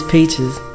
Peaches